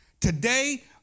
today